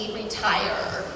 retire